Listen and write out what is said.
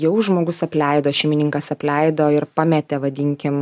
jau žmogus apleido šeimininkas apleido ir pametė vadinkim